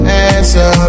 answer